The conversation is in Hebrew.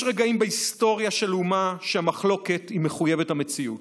יש רגעים בהיסטוריה של אומה שהמחלוקת היא מחויבת המציאות,